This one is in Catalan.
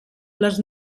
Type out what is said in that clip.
les